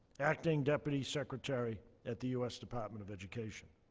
acting deputy secretary at the us department of education.